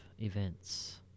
events